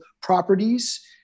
properties